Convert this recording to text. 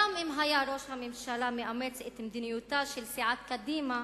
גם אם היה ראש הממשלה מאמץ את מדיניותה של סיעת קדימה